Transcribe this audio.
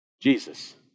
Jesus